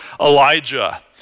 Elijah